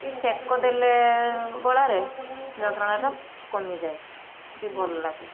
ଟିକେ ସେକ ଦେଲେ ଗଳାରେ ଯନ୍ତ୍ରଣାଟା କମିଯାଏ ଟିକେ ଭଲ ଲାଗେ